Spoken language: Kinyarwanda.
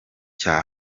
cya